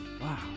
Wow